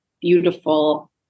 beautiful